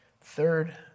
third